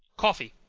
coffee.